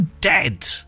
dead